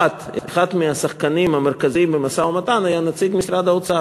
1. אחד השחקנים המרכזיים במשא-ומתן היה נציג משרד האוצר.